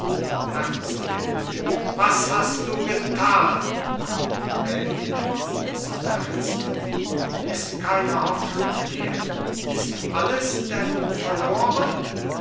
herzogin was hast du getan gräfin zu terzky ist keine hoffnung mehr ist alles denn verloren